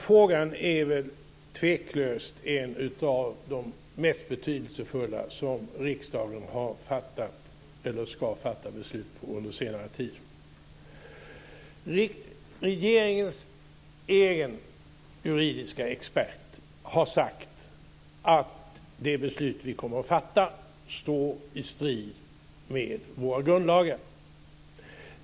Fru talman! Den här frågan är tveklöst en av de mest betydelsefulla som riksdagen har fattat beslut om under senare tid, eller ska fatta beslut om. Regeringens egen juridiska expert har sagt att det beslut som vi kommer att fatta står i strid med våra grundlagar.